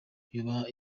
yubaha